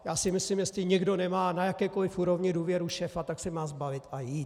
Já si myslím, že jestli někdo nemá na jakékoliv úrovni důvěru šéfa, tak se má sbalit a jít.